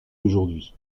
aujourd’hui